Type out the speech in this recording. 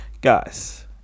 guys